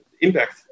impact